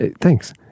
thanks